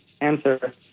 answer